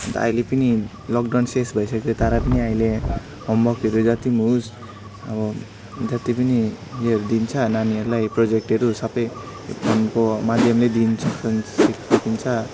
अन्त अहिले पनि लकडाउन शेष भइसक्यो तर पनि अहिले होमवर्कहरू जत्ति पनि होस् अब जत्ति पनि यो दिन्छ नानीहरूलाई प्रोजेक्टहरू सबै यो फोनको माध्यमले दिइन सकिन्छ